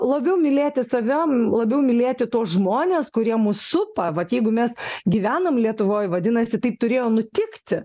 labiau mylėti save labiau mylėti tuos žmones kurie mus supa vat jeigu mes gyvenam lietuvoj vadinasi taip turėjo nutikti